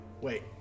wait